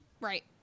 Right